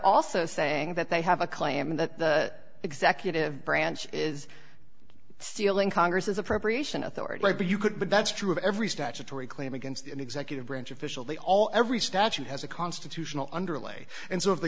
also saying that they have a claim that the executive branch is stealing congress is appropriation authority but you could but that's true of every statutory claim against an executive branch official they all every statute has a constitutional underlay and so if the